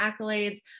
accolades